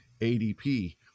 ADP